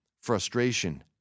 frustration